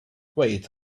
wait